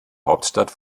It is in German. hauptstadt